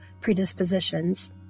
predispositions